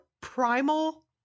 primal